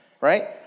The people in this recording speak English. right